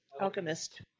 Alchemist